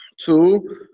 two